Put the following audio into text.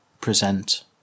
present